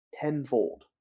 tenfold